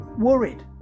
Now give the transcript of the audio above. worried